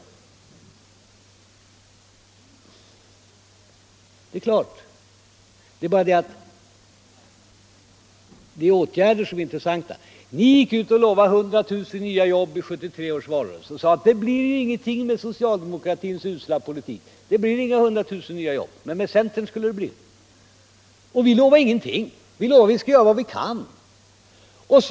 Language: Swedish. Jo, det vill vi, men det är åtgärderna som är intressanta här. Ni gick i 1973 års valrörelse ut och lovade 100 000 nya jobb. Ni sade: Med socialdemokratins usla politik blir det inga 100 000 nya jobb. Men med centerns politik skulle det bli det. Vi lovade ingenting. Vi sade att vi skulle göra vad vi kunde.